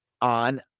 on